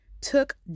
took